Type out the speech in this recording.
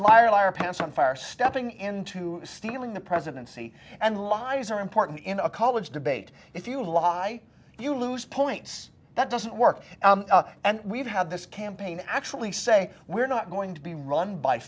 liar liar pants on fire stepping into stealing the presidency and lies are important in a college debate if you lie you lose points that doesn't work and we've had this campaign actually say we're not going to be run by